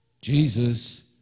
Jesus